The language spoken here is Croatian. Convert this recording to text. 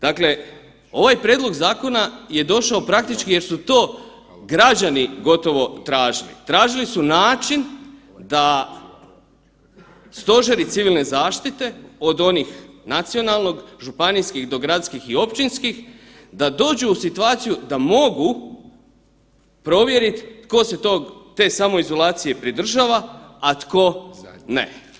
Dakle, ovaj prijedlog zakona je došao praktički jer su to građani gotovo tražili, tražili su način da stožeri civilne zaštite od onih nacionalnog, županijskih, gradskih i općinskih da dođu u situaciju da mogu provjeriti tko se te samoizolacije pridržava, a tko ne.